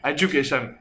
Education